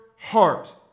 heart